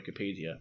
Wikipedia